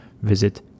visit